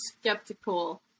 skeptical